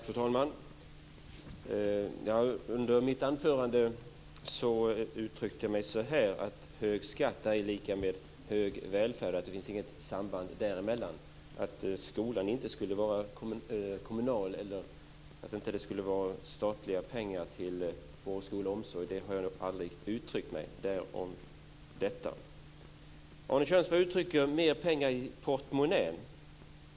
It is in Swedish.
Fru talman! Under mitt anförande uttryckte jag mig så här: Hög skatt är ej lika med hög välfärd. Det finns inget samband mellan dessa saker. Att det inte skulle vara statliga pengar till vård, skola och omsorg har jag aldrig uttryckt. Det om detta. Arne Kjörnsberg talar om mer pengar i portmonnän.